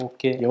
Okay